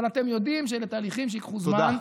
אבל אתם יודעים שאלה תהליכים שייקחו זמן.